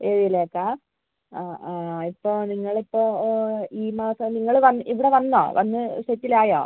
ഏഴിലേക്കാണോ ആ ആ ഇപ്പോൾ നിങ്ങൾ ഇപ്പോൾ ഈ മാസം നിങ്ങൾ വന്ന് ഇവിടെ വന്നോ വന്ന് സെറ്റിൽ ആയോ